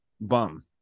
bum